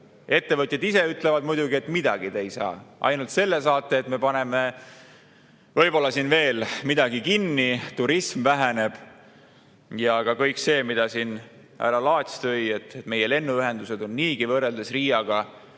Ettevõtjad ise ütlevad muidugi, et midagi te ei saa, ainult selle saate, et me paneme võib-olla veel midagi kinni ja turism väheneb. Ja ka kõik see, mida siin härra Laats tõi, et meie lennuühendused on niigi võrreldes Riiaga